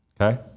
Okay